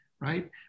right